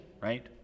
right